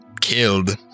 killed